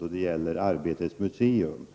när det gäller Arbetets museum.